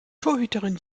torhüterin